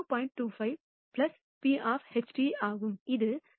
25 P ஆகும் இது 0